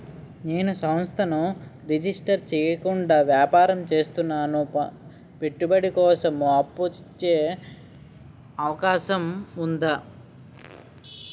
నేను సంస్థను రిజిస్టర్ చేయకుండా వ్యాపారం చేస్తున్నాను పెట్టుబడి కోసం అప్పు ఇచ్చే అవకాశం ఉందా?